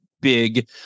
big